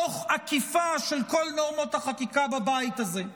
תוך עקיפה של כל נורמות החקיקה בבית הזה.